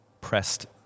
pressed